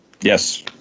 Yes